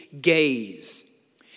gaze